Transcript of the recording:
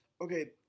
Okay